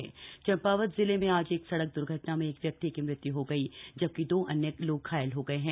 सड़क दुर्घटना चंपावत जिले में आज एक सड़क दुर्घटना में एक व्यक्ति की मौत हो गयी जबकि दो अन्य लोग घायल हो गये है